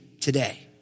today